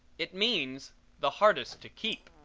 it means the hardest to keep.